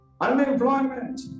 Unemployment